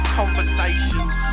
conversations